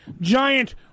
giant